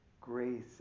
Grace